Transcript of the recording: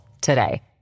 today